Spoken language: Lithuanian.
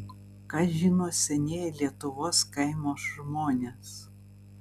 ką žino senieji lietuvos kaimo žmonės